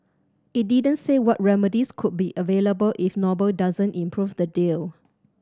it didn't say what remedies could be available if noble doesn't improve the deal